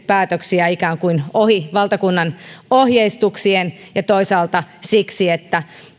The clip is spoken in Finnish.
päätöksiä ikään kuin ohi valtakunnan ohjeistuksien ja toisaalta siksi että